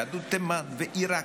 יהדות תימן ועיראק,